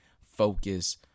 focus